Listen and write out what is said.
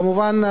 כמובן,